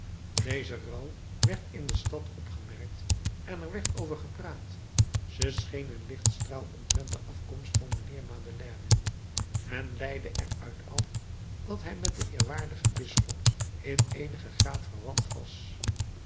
deze rouw werd in de stad opgemerkt en er werd over gepraat ze scheen een lichtstraal omtrent de afkomst van mijnheer madeleine men leidde er uit af dat hij met den eerbiedwaardigen bisschop in eenigen graad verwant was